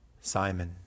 Simon